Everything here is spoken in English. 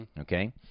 okay